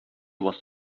was